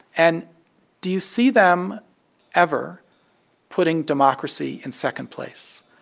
and do you see them ever putting democracy in second place?